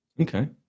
Okay